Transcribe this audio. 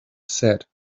said